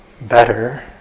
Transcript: better